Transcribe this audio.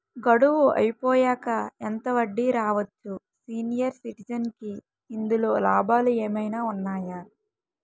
గడువు అయిపోయాక ఎంత వడ్డీ రావచ్చు? సీనియర్ సిటిజెన్ కి ఇందులో లాభాలు ఏమైనా ఉన్నాయా?